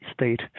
state